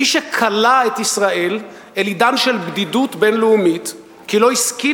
מי שכלא את ישראל אל עידן של בדידות בין-לאומית כי לא השכיל